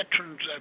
veterans